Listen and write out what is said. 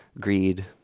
greed